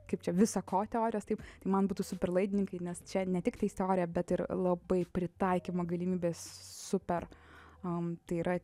kaip čia visa ko teorijos taip man būtų superlaidininkai nes čia ne tiktais teorija bet ir labai pritaikymo galimybės super a tai yra